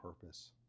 purpose